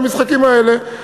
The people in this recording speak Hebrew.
והמשחקים האלה.